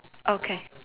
okay